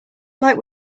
like